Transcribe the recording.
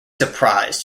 surprise